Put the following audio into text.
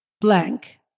blank